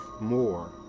more